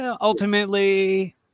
Ultimately